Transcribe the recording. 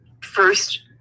first